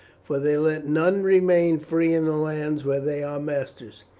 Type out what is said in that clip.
for they let none remain free in the lands where they are masters.